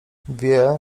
wie